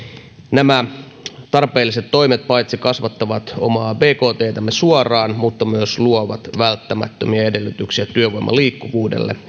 nämä tarpeelliset toimet paitsi kasvattavat omaa bkttämme suoraan mutta myös luovat välttämättömiä edellytyksiä työvoiman liikkuvuudelle